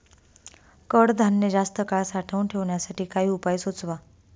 कडधान्य जास्त काळ साठवून ठेवण्यासाठी काही उपाय सुचवा?